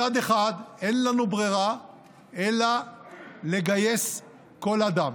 מצד אחד אין לנו ברירה אלא לגייס כל אדם.